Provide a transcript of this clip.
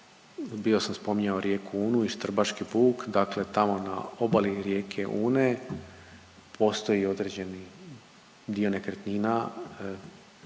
Bio sam spominjao rijeku Unu i Štrbački buk, dakle tamo na obali rijeke Une postoji određeni dio nekretnina